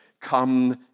come